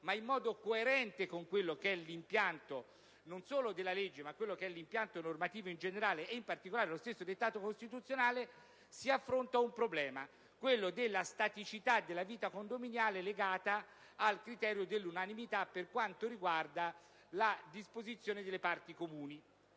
ma in modo coerente, non solo con l'impianto della legge ma anche con l'impianto normativo in generale, ed in particolare con lo stesso dettato costituzionale, si affronta il problema della staticità della vita condominiale legata al criterio dell'unanimità per quanto riguarda la disposizione delle parti comuni.